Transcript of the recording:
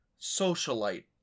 socialite